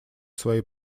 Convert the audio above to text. своей